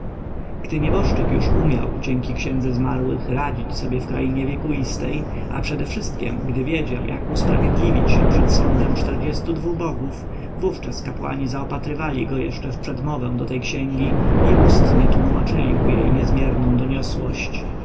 gdy nieboszczyk już umiał dzięki księdze zmarłych radzić sobie w krainie wiekuistej a przedewszystkiem gdy wiedział jak usprawiedliwić się przed sądem czterdziestu dwóch bogów wówczas kapłani zaopatrywali go jeszcze w przedmowę do tej księgi i ustnie tłomaczyli mu jej niezmierną doniosłość